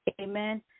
Amen